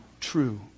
true